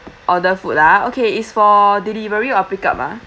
order food ah okay is for delivery or pickup ah